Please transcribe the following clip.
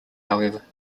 however